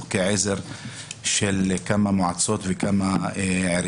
חוקי עזר של כמה מועצות ועיריות.